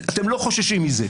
אתם לא חוששים מזה.